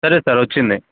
సరే సార్ వచ్చింది